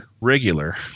regular